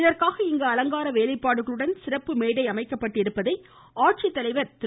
இதற்காக இங்கு அலங்கார வேலைப்பாடுகளுடன் சிறப்பு மேடைகள் அமைக்கப்பட்டிருப்பதை ஆட்சித்தலைவர் திரு